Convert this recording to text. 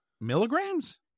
Milligrams